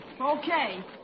okay